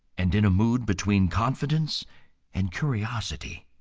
and in a mood between confidence and curiosity,